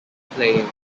playing